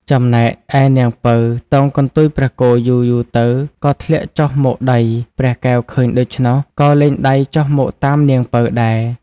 ចំណែកឯនាងពៅតោងកន្ទុយព្រះគោយូរៗទៅ ក៏ធ្លាក់ចុះមកដី ព្រះកែវឃើញដូច្នោះក៏លែងដៃចុះមកតាមនាងពៅដែរ។